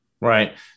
Right